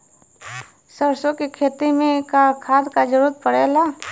सरसो के खेती में का खाद क जरूरत पड़ेला?